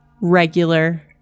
regular